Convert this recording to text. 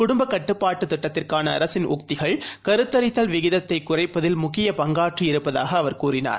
குடும்பக் கட்டுப்பாட்டுதிட்டத்திற்கானஅரசின் உக்திகள் கருத்தரித்தல் விகிதத்தைகுறைப்பதில் முக்கியப் பங்காற்றியிருப்பதாகஅவர் கூறினார்